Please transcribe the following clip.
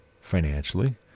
financially